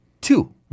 two